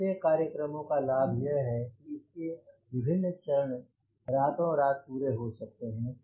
ऐसे कार्य क्रमों का लाभ यह है कि इसके विभिन्न चरण रातों रात पूरे हो सकते हैं